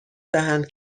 دهند